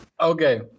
okay